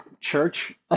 church